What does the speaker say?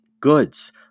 goods